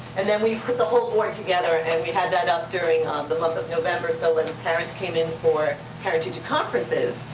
and then we put the whole board together and we had that up during the month of november so when and parents came in for parent-teacher conferences,